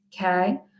okay